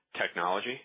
Technology